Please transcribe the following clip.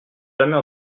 jamais